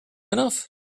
enough